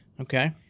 okay